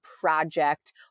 project